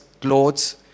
clothes